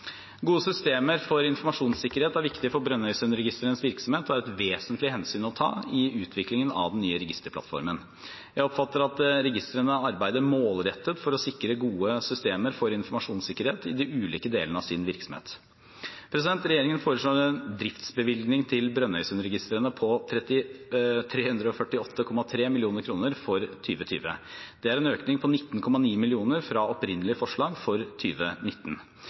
Gode systemer for informasjonssikkerhet er viktig for Brønnøysundregistrenes virksomhet og er et vesentlig hensyn å ta i utviklingen av den nye registerplattformen. Jeg oppfatter at Brønnøysundregistrene arbeider målrettet for å sikre gode systemer for informasjonssikkerhet i de ulike delene av sin virksomhet. Regjeringen foreslår en driftsbevilgning til Brønnøysundregistrene på 348,3 mill. kr for 2020. Dette er en økning på l9,9 mill. kr fra opprinnelig forslag for